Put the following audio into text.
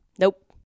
Nope